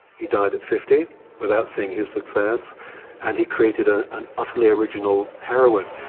he died at fifty without seeing his success and he created ah an utterly original heroine.